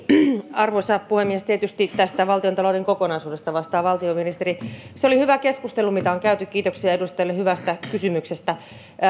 arvoisa puhemies tietysti tästä valtiontalouden kokonaisuudesta vastaa valtiovarainministeri se oli hyvä keskustelu mitä on käyty kiitoksia edustajalle hyvästä kysymyksestä